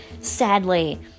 sadly